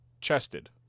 chested